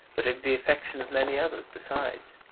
but of the affection of many others besides.